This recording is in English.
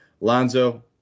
Lonzo